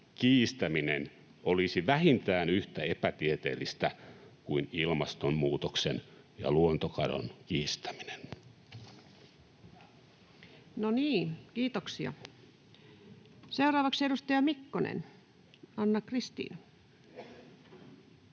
kiistäminen olisi vähintään yhtä epätieteellistä kuin ilmastonmuutoksen ja luontokadon kiistäminen. [Speech 185] Speaker: Ensimmäinen